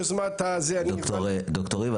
ד"ר ריבה,